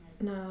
no